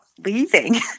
Leaving